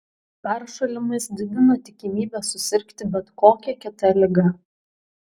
peršalimas didina tikimybę susirgti bet kokia kita liga